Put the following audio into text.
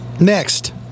Next